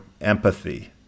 empathy